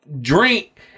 drink